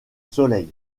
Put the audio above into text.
soleil